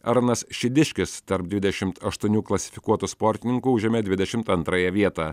arnas šidiškis tarp dvidešimt aštuonių klasifikuotų sportininkų užėmė dvidešimt antrąją vietą